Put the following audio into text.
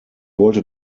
wollte